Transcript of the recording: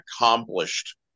accomplished